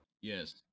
Yes